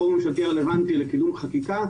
הפורום הממשלתי הרלוונטי לקידום חקיקה,